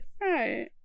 right